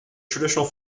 traditional